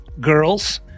girls